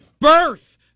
birth